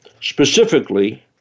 Specifically